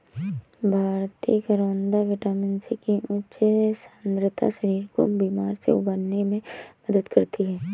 भारतीय करौदा vitamin C की उच्च सांद्रता शरीर को बीमारी से उबरने में मदद करती है